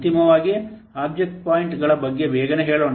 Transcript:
ಅಂತಿಮವಾಗಿ ಆಬ್ಜೆಕ್ಟ್ ಪಾಯಿಂಟ್ಗಳ ಬಗ್ಗೆ ಬೇಗನೆ ಹೇಳೋಣ